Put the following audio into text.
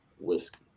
whiskey